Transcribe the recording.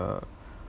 err